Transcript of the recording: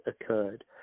occurred